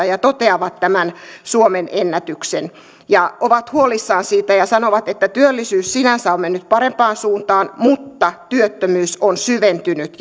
ja toteaa tämän suomenennätyksen ja on huolissaan siitä ja sanoo että työllisyys sinänsä on mennyt parempaan suuntaan mutta työttömyys on syventynyt